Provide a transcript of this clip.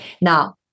Now